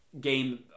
game